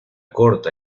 corta